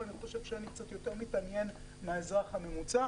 ואני חושב שאני קצת יותר מתעניין מהאזרח הממוצע.